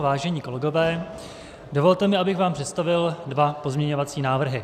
Vážené kolegové, dovolte, abych vám představil dva pozměňovací návrhy.